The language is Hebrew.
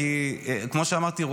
כמו שאמרתי,